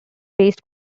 based